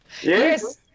Yes